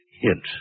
hint